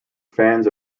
fans